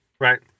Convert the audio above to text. Right